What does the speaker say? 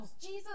Jesus